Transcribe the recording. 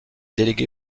délégué